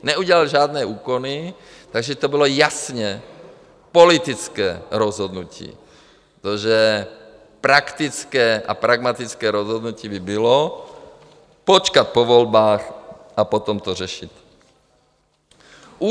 Neudělali žádné úkony, takže to bylo jasně politické rozhodnutí, protože praktické a pragmatické rozhodnutí by bylo počkat po volbách a potom to řešit.